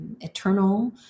eternal